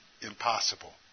impossible